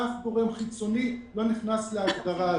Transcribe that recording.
ואף גורם חיצוני לא נכנס להגדרה הזאת.